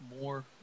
more